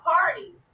party